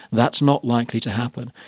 that's not likely to happen.